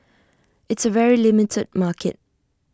it's A very limited market